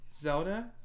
zelda